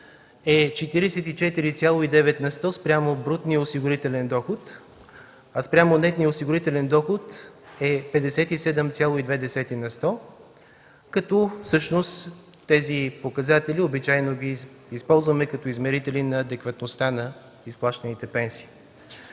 е 44,9 на сто спрямо брутния осигурителен доход, а спрямо нетния осигурителен доход е 57,2 на сто, като всъщност тези показатели обичайно ги използваме като измерители на адекватността на изплащаните пенсии.